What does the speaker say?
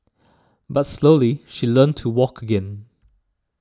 but slowly she learnt to walk again